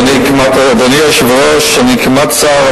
אדוני היושב-ראש, אני כמעט שר.